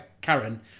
Karen